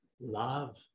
love